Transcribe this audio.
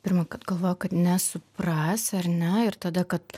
pirmąkart galvoja kad nesupras ar ne ir tada kad